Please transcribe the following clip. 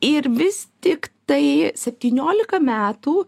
ir vis tiktai septyniolika metų